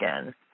again